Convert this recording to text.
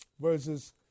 verses